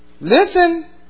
Listen